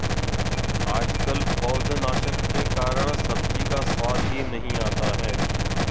आजकल पौधनाशक के कारण सब्जी का स्वाद ही नहीं आता है